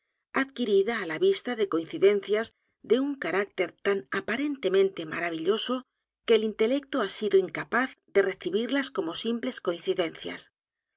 adquirida á la vista de coincidencias de u n carácter tan aparentemente maravilloso que el intelecto ha sido incapaz de recibirlas como simples coincidencias